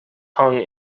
hung